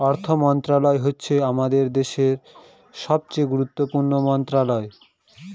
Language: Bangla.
অর্থ মন্ত্রণালয় হচ্ছে আমাদের দেশের সবচেয়ে গুরুত্বপূর্ণ মন্ত্রণালয়